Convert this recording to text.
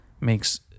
makes